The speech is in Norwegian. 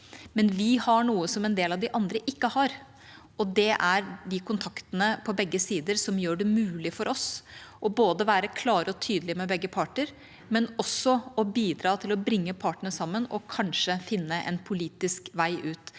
Men vi har noe som en del av de andre ikke har, og det er de kontaktene på begge sider som gjør det mulig for oss både å være klare og tydelige overfor begge parter og også å bidra til å bringe partene sammen og kanskje finne en politisk vei ut.